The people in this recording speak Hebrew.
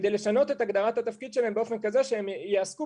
כדי לשנות את הגדרת התפקיד שלהם באופן כזה שהם יעסקו